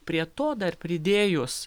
prie to dar pridėjus